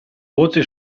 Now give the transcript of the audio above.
voce